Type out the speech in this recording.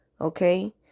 okay